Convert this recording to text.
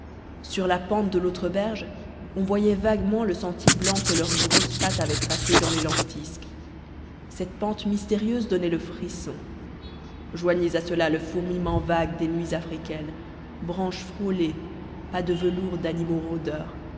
sur la pente de l'autre berge on voyait vaguement le sentier blanc que leurs grosses pattes avaient tracé dans les lentisques cette pente mystérieuse donnait le frisson joignez à cela le fourmillement vague des nuits africaines branches frôlées pas de velours d'animaux rôdeurs